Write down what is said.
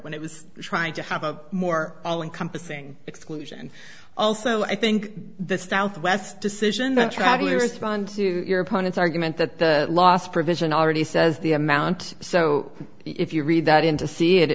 when it was trying to have a more all encompassing exclusion and also i think the southwest decision that should be respond to your opponent's argument that the last provision already says the amount so if you read that into see it it